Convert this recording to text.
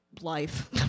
life